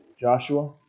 Joshua